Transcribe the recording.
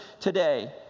today